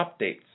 updates